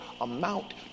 amount